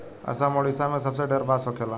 असम, ओडिसा मे सबसे ढेर बांस होखेला